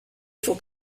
fours